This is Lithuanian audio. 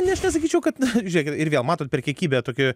nes nesakyčiau kad žėkit ir vėl matot per kiekybę tokį